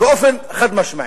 באופן חד-משמעי.